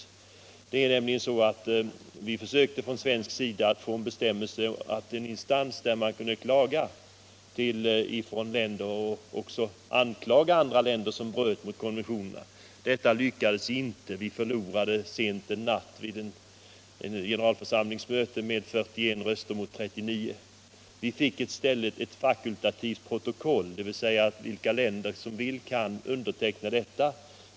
Vi försökte från svensk sida att få en bestämmelse om en instans i vilken länder skulle kunna klaga och även anklaga länder som bröt mot konventionerna. Vi lyckades inte med detta. Vi förlorade sent en natt vid ett generalförsamlingsmöte med 41 röster mot 39. Vi fick i stället ett fakultativt protokoll. Det innebär att de länder som så vill kan underteckna detta.